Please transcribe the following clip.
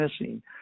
missing